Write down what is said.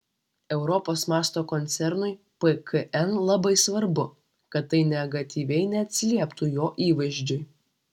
europos mąsto koncernui pkn labai svarbu kad tai negatyviai neatsilieptų jo įvaizdžiui